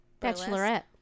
Bachelorette